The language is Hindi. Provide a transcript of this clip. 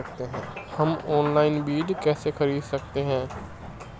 हम ऑनलाइन बीज कैसे खरीद सकते हैं?